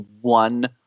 one